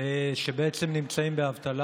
שבעצם נמצאים באבטלה.